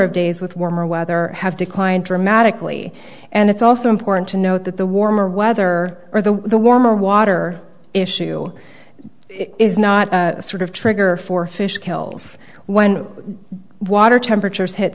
of days with warmer weather has declined dramatically and it's also important to note that the warmer weather or the warmer water issue it is not a sort of trigger for fish kills when water temperatures hit